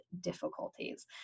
difficulties